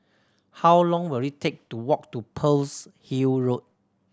how long will it take to walk to Pearl's Hill Road